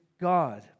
God